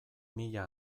mila